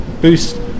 boost